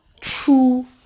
true